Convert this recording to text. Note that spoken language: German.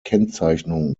kennzeichnung